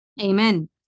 Amen